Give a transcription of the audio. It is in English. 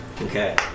Okay